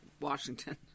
Washington